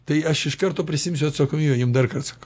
tai aš iš karto prisiimsiu atsakomybę jum dar kart sakau